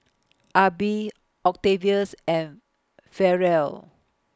Arbie Octavius and Ferrell